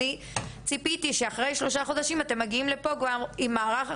אני ציפיתי שאחרי שלושה חודשים כבר אתם תגיעו לפה עם מערך הכשרות,